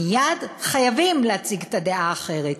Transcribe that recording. מייד חייבים להציג את הדעה האחרת.